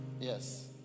yes